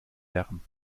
lärm